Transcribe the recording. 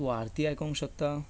तूं आरती आयकुपाक शकता